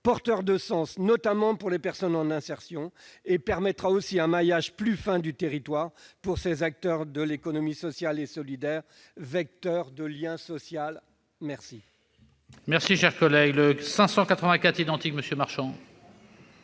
porteurs de sens, notamment pour les personnes en insertion, ainsi qu'un maillage plus fin du territoire pour ces acteurs de l'économie sociale et solidaire, vecteurs de lien social. La